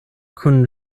kun